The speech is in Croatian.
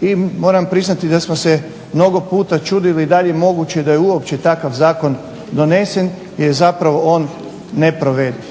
I moram priznati da smo se mnogo puta čudili da li je moguće da je uopće takav zakon donesen jer je on neprovediv.